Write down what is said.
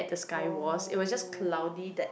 oh